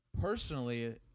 personally